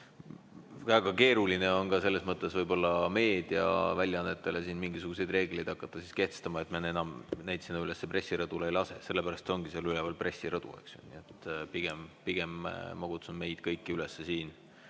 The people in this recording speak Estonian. väga keeruline on ka selles mõttes võib-olla meediaväljaannetele mingisuguseid reegleid hakata kehtestama, et me enam neid sinna üles pressirõdule ei lase. Sellepärast ongi seal üleval pressirõdu. Pigem ma kutsun meid kõiki siin